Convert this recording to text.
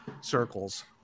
circles